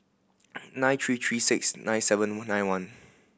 nine three three six nine seven nine one